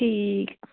ٹھیٖک